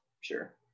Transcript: sure